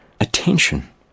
attention